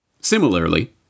Similarly